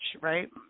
right